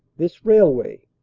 this railway,